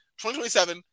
2027